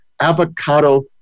avocado